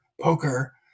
poker